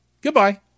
Goodbye